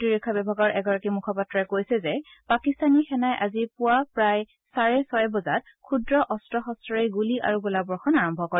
প্ৰতিৰক্ষা বিভাগৰ এগৰাকী মুখপাত্ৰই কৈছে যে পাকিস্তানী সেনাই আজি পুৱা প্ৰায় চাৰে ছয় বজাত ক্ষুদ্ৰ অস্ত্ৰ শস্ত্ৰৰে গুলী আৰু গোলাবৰ্ষণ আৰম্ভ কৰে